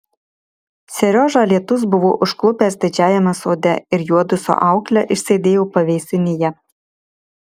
seriožą lietus buvo užklupęs didžiajame sode ir juodu su aukle išsėdėjo pavėsinėje